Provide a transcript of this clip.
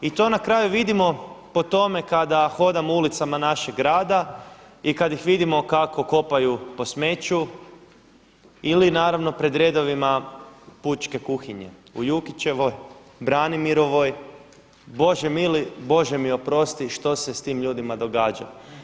I to na kraju vidimo po tome kada hodamo ulicama našeg grada i kada ih vidimo kako kopaju po smeću ili naravno pred redovima pučke kuhinje u Jukićevoj, Branimirovoj, Bože mili, Bože mi oprosti što se sa tim ljudima događa.